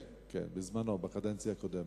כן, כן, בקדנציה הקודמת.